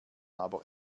aber